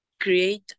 create